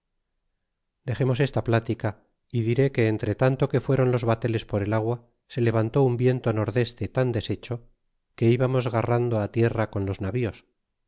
dexemos esta plática y diré que entretanto que fueron los bateles por el agua se levantó un viento nordeste tan deshecho que íbamos garrando tierra con los navíos